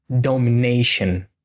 domination